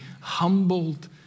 humbled